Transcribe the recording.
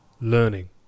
learning